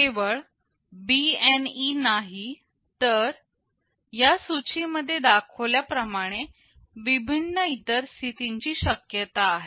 केवळ BNE नाही तर या सूची मध्ये दाखवल्या प्रमाणे विभिन्न इतर स्थितींची शक्यता आहे